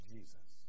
Jesus